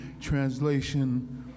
Translation